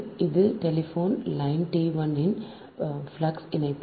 இது telephone line T 1 இன் flux இணைப்பு